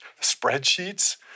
spreadsheets